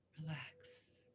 Relax